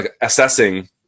assessing